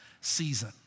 season